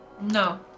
No